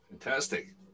Fantastic